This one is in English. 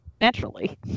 naturally